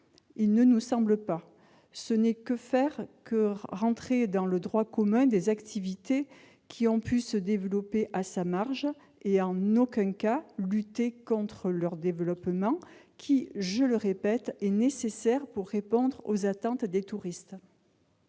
Il ne nous semble pas ! Il s'agit seulement de faire rentrer dans le droit commun des activités qui ont pu se développer à sa marge, et en aucun cas de lutter contre leur développement qui, je le répète, est nécessaire pour répondre aux attentes des touristes.